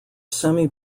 semi